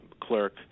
clerk